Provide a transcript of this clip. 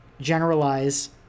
generalize